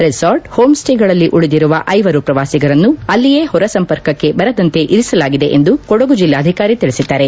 resort home ಸ್ವೇಗಳಲ್ಲಿ ಉಳಿದಿರುವ ಐವರು ಪ್ರವಾಸಿಗರನ್ನು ಅಲ್ಲಿಯೇ ಹೊರ ಸಂಪರ್ಕಕ್ಕೆ ಬರದಂತೆ ಇರಿಸಲಾಗಿದೆ ಎಂದು ಕೊಡಗು ಜಿಲ್ಲಾಧಿಕಾರಿ ತಿಳಿಸಿದ್ದಾರೆ